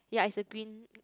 yea is a green